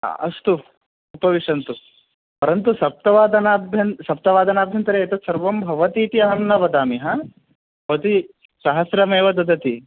अस्तु उपविशन्तु परन्तु सप्तवादनाभ्यन् सप्तवादनाभ्यन्तरे एतत्सर्वं भवतीति अहं न वदामि हा भवती सहस्रमेव ददति